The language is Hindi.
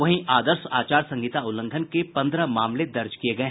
वहीं आदर्श आचार संहिता उल्लंघन के पंद्रह मामले दर्ज किये गये